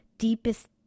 deepest